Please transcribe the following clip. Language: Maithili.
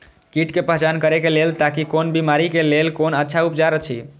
कीट के पहचान करे के लेल ताकि कोन बिमारी के लेल कोन अच्छा उपचार अछि?